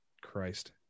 Christ